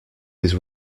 his